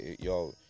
Yo